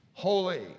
holy